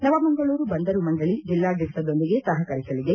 ನವಮಂಗಳೂರು ಬಂದರು ಮಂಡಳಿ ಜಿಲ್ನಾಡಳಿತದೊಂದಿಗೆ ಸಹಕರಿಸಲಿದೆ